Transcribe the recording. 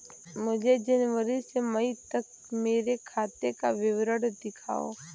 मुझे जनवरी से मई तक मेरे खाते का विवरण दिखाओ?